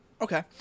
Okay